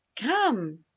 come